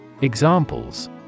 Examples